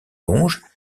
longe